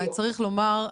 וצריך לומר,